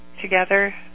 Together